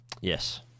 Yes